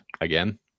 again